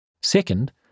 Second